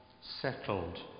settled